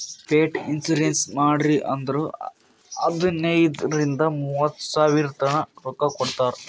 pet insurance ಮಾಡ್ರಿ ಅಂದುರ್ ಹದನೈದ್ ರಿಂದ ಮೂವತ್ತ ಸಾವಿರತನಾ ರೊಕ್ಕಾ ಕೊಡ್ತಾರ್